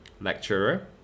lecturer